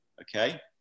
okay